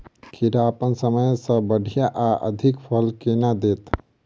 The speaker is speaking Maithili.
खीरा अप्पन समय सँ बढ़िया आ अधिक फल केना देत?